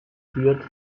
führt